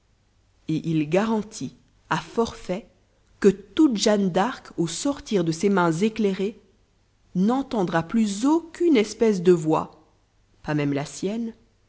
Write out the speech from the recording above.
et il garantit à forfait que toute jeanne d'arc au sortir de ses mains éclairées n'entendra plus aucune espèce de voix pas même la